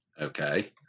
okay